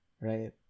right